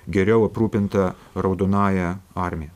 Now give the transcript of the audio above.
geriau aprūpinta raudonąja armija